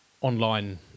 online